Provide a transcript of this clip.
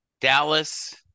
Dallas